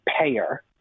payer